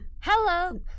hello